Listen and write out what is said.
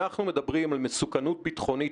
אנחנו מדברים על מסוכנות ביטחונית,